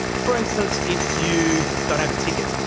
for instance, if you don't have a ticket,